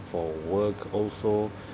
for work also